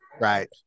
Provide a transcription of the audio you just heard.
Right